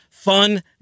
Fun